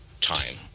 time